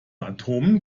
atomen